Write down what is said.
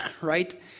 right